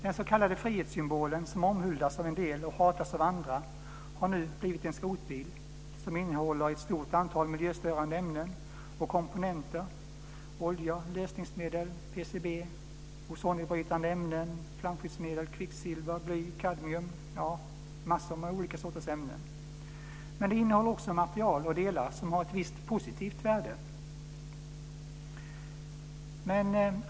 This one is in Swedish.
Den s.k. frihetssymbol som omhuldas av en del och hatas av andra har nu blivit en skrotbil som innehåller ett stort antal miljöstörande ämnen och komponenter: massor av olika sorters ämnen. Bilen innehåller också material och delar som har ett visst positivt värde.